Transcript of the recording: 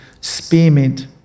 spearmint